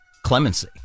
Clemency